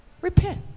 repent